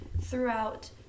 throughout